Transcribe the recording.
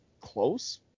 close